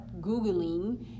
Googling